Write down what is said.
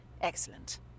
excellent